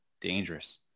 dangerous